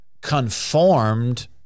conformed